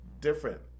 different